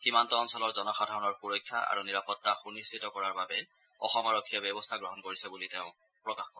সীমান্ত অঞ্চলৰ জনসাধাৰণৰ সুৰক্ষা আৰু নিৰাপত্তা সুনিশ্চিত কৰাৰ বাবে অসম আৰক্ষীয়ে ব্যৱস্থা গ্ৰহণ কৰিছে বুলি তেওঁ প্ৰকাশ কৰে